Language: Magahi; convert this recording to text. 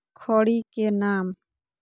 खड़ी के नाम?